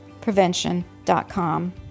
prevention.com